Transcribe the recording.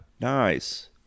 nice